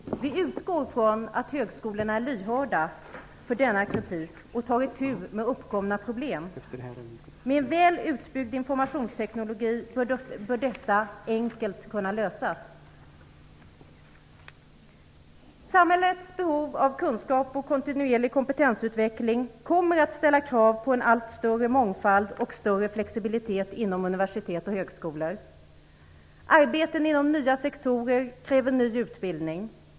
Vi utgår från att högskolorna är lyhörda för denna kritik och tar itu med uppkomna problem. Med en väl utbyggd informationsteknik bör detta enkelt kunna lösas. Samhällets behov av kunskap och kontinuerlig kompetensutveckling kommer att ställa krav på en allt större mångfald och större flexibilitet inom universitet och högskolor. Arbeten inom nya sektorer kräver ny utbildning.